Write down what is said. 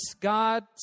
God